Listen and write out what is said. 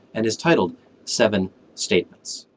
and is titled seven statements.